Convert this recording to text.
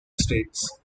states